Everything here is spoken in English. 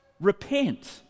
Repent